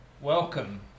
Welcome